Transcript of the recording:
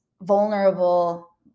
vulnerable